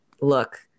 look